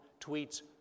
tweets